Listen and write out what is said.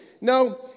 no